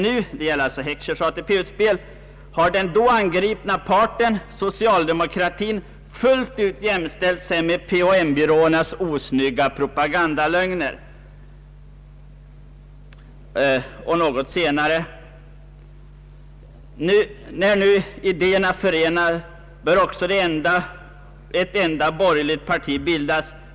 Han fortsätter när det gäller Heckschers ATP-utspel: ”Nu har den då angripna parten, socialdemokratin, fullt ut jämställt sig med PHM-byråernas osnygga propagandalögner.” Något senare heter det: ”När nu idé erna förenar bör också ett enda borgerligt parti bildas.